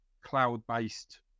cloud-based